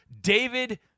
David